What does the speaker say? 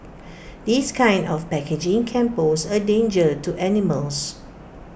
this kind of packaging can pose A danger to animals